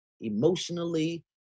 emotionally